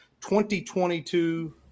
2022